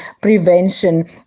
prevention